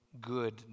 good